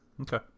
Okay